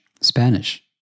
Spanish